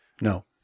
No